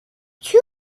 two